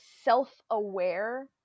self-aware